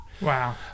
Wow